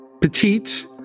petite